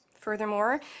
Furthermore